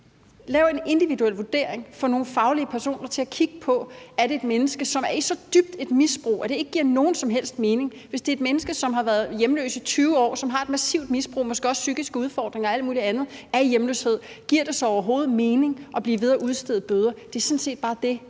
den her individuelle vurdering og få nogle faglige personer til at kigge på, om det er et menneske, som er i så dybt et misbrug, at det ikke giver nogen som helst mening at blive ved at udstede bøder. Hvis det er et menneske, som har været hjemløs i 20 år, og som har et massivt misbrug og måske også psykiske udfordringer og alt muligt andet af hjemløshed, giver det så overhovedet mening at blive ved at udstede bøder? Det er sådan set bare det,